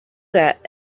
that